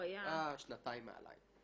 הוא היה שנתיים מעליי.